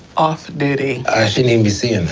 off duty, i shouldn't even be seeing that.